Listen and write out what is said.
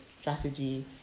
strategy